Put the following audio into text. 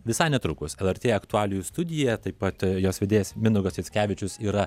visai netrukus lrt aktualijų studija taip pat jos vedėjas mindaugas mickevičius yra